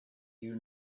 you